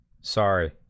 sorry